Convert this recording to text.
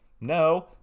No